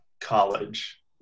college